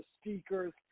speakers